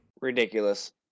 ridiculous